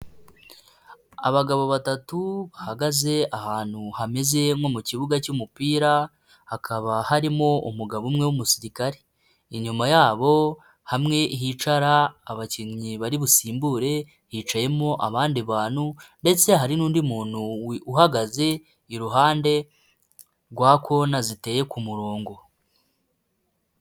Abagabo batatu bahagaze ahantu hameze nko mu kibuga cy'umupira, hakaba harimo umugabo umwe w'umusirikare, inyuma yabo hamwe hicara abakinnyi bari busimbure, hicayemo abandi bantu, ndetse hari n'undi muntu uhagaze, iruhande rwa kona ziteye ku murongo.